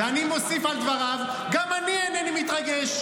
ואני מוסיף על דבריו: גם אני אינני מתרגש.